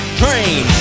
train